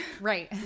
Right